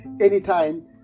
anytime